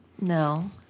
No